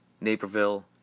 Naperville